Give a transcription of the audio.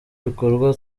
ibikorwa